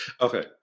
okay